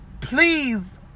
please